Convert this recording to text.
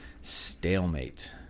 stalemate